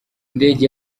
ndege